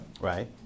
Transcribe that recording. Right